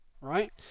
right